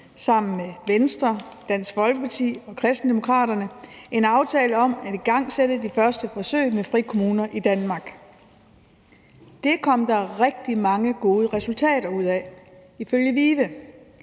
sammen med Venstre, Dansk Folkeparti og Kristendemokraterne en aftale om at igangsætte de første forsøg med frikommuner i Danmark. Det kom der rigtig mange gode resultater ud af. Ifølge VIVE